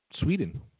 Sweden